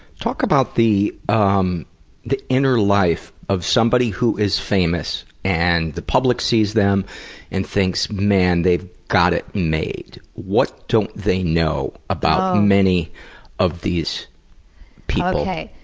talk about the um the inner life of somebody who is famous, and the public sees them and thinks, man, they've got it made. what don't they know about many of these people? okay,